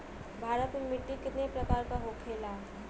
भारत में मिट्टी कितने प्रकार का होखे ला?